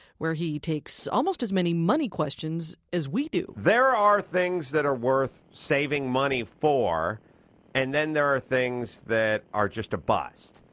where he takes almost as many money questions as we do there are things that are worth saving money for and then there are things that are just a bust.